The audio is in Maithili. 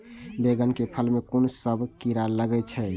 बैंगन के फल में कुन सब कीरा लगै छै यो?